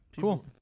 Cool